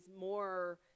more